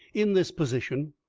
in this position,